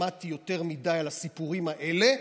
שמעתי יותר מדי על הסיפורים האלה,